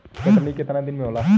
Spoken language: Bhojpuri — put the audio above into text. कटनी केतना दिन में होला?